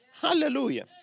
hallelujah